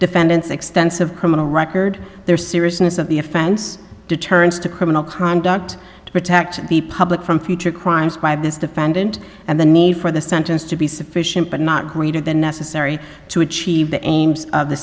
defendants extensive criminal record their seriousness of the offense deterrence to criminal conduct to protect the public from future crimes by this defendant and the need for the sentence to be sufficient but not greater than necessary to achieve the aims of the